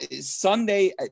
Sunday